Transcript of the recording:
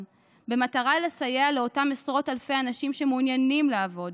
במטרה לסייע לאותם עשרות אלפי אנשים שמעוניינים לעבוד,